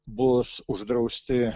bus uždrausti